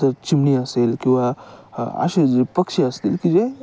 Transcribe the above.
जर चिमणी असेल किंवा असे जे पक्षी असतील की जे